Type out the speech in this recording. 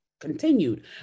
continued